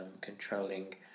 controlling